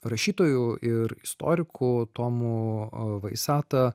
rašytoju ir istoriku tomu vaiseta